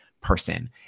person